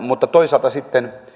mutta sitten toisaalta